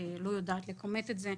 אני לא יודעת לכמת את זה,